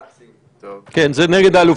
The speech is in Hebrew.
בפרקטיקה זה שר הביטחון, זה לא האלוף.